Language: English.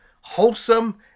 wholesome